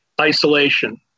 isolation